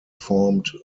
formed